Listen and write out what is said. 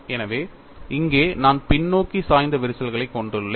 எனவே இங்கே நான் பின்னோக்கி சாய்ந்த விரிசல்களைக் கொண்டுள்ளேன்